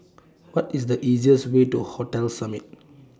What IS The easiest Way to Hotel Summit